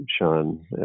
Sean